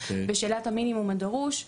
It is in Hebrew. בשאלת המינימום הדרוש,